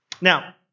now